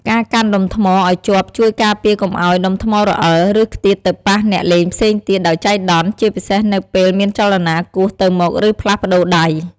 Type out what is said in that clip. ការកាន់ដុំថ្មឲ្យជាប់ជួយការពារកុំឲ្យដុំថ្មរអិល ឬខ្ទាតទៅប៉ះអ្នកលេងផ្សេងទៀតដោយចៃដន្យ ជាពិសេសនៅពេលមានចលនាគោះទៅមក ឬផ្លាស់ប្តូរដៃ។